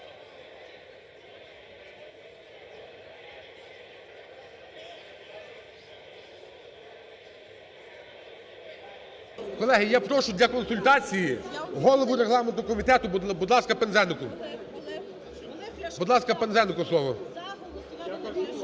Колеги, я прошу для консультацій голову регламентного комітету. Будь ласка, Пинзенику. Будь ласка, Пинзенику слово.